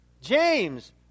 James